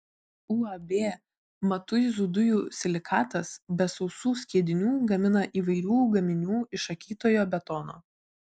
uab matuizų dujų silikatas be sausų skiedinių gamina įvairių gaminių iš akytojo betono